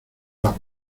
las